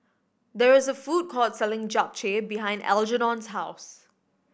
there is a food court selling Japchae behind Algernon's house